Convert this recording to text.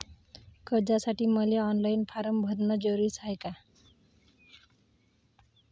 कर्जासाठी मले online form भरन जरुरीच हाय का?